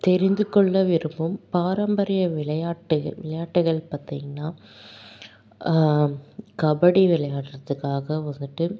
தெரிந்துக்கொள்ள விரும்பும் பாரம்பரிய விளையாட்டு விளையாட்டுகள் பார்த்திங்கன்னா கபடி விளையாடுறதுக்காக வந்துட்டு